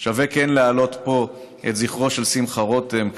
כן שווה להעלות פה את זכרו של שמחה רותם,